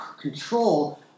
control